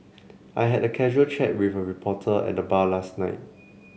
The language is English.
I had a casual chat with a reporter at the bar last night